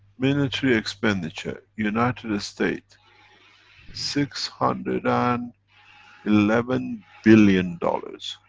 military expenditure, united states six hundred and eleven billion dollars.